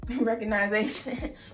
Recognition